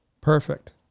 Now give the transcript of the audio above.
Perfect